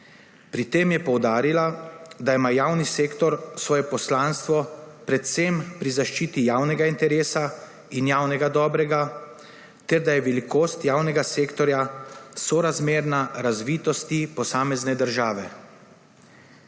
Pri tem je poudarila, da ima javni sektor svoje poslanstvo predvsem pri zaščiti javnega interesa in javnega dobrega ter da je velikost javnega sektorja sorazmerna razvitosti posamezne države.